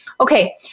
Okay